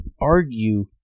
argue